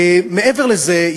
מעבר לזה,